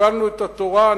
קיבלנו את התורה,